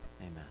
amen